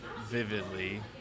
vividly